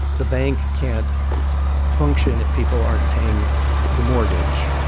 the bank can't function if people aren't paying the mortgage.